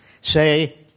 say